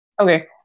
Okay